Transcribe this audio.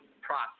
process